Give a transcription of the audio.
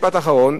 משפט אחרון,